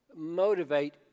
motivate